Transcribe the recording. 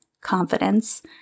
confidence